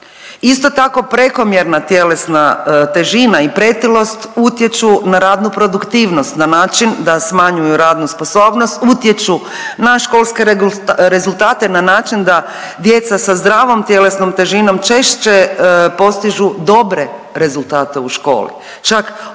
Isto tako prekomjerna tjelesna težina i pretilost utječu na radnu produktivnost na način da smanjuju radnu sposobnost, utječu na školske rezultate na način da djeca sa zdravom tjelesnom težinom češće postižu dobre rezultate u školi, čak 8,5%